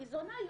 היא זונה,